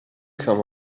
come